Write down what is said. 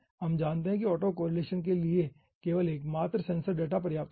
हम जानते हैं कि ऑटो कोरिलेशन के लिए केवल एकमात्र सेंसर डेटा पर्याप्त होगा